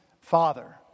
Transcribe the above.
father